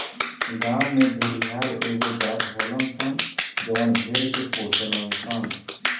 गांव में भेड़िहार एगो जात होलन सन जवन भेड़ के पोसेलन सन